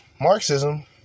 Marxism